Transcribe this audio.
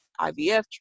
IVF